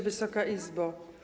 Wysoka Izbo!